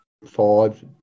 five